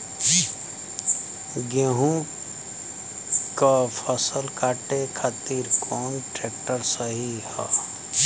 गेहूँक फसल कांटे खातिर कौन ट्रैक्टर सही ह?